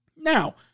Now